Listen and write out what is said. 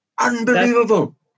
Unbelievable